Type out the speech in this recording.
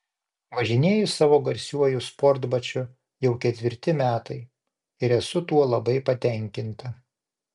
važinėju savo garsiuoju sportbačiu jau ketvirti metai ir esu tuo labai patenkinta